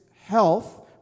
health